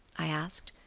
i asked.